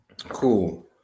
Cool